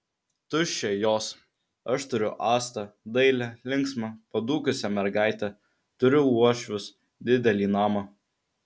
tuščia jos aš turiu astą dailią linksmą padūkusią mergaitę turiu uošvius didelį namą